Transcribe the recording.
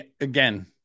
Again